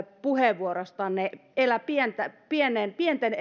puheenvuorostanne pieniä pieniä